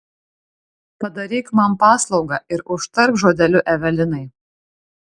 padaryk man paslaugą ir užtark žodeliu evelinai